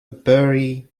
bury